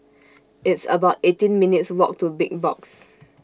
It's about eighteen minutes' Walk to Big Box